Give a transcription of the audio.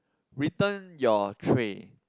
return your tray